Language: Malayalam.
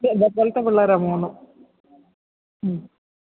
ഇത് എന്നെ പോലെത്തെ പിള്ളേരാ മൂന്നും ഉം